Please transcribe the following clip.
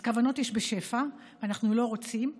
אז כוונות יש בשפע, ואנחנו לא רוצים להיפגע,